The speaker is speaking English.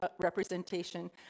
representation